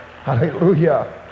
Hallelujah